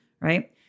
right